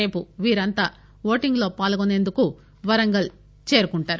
రేపు వీరందరూ ఓటింగ్ లో పాల్గొ సేందుకు వరంగల్ చేరుకోనున్నారు